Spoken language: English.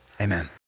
amen